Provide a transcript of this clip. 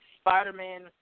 Spider-Man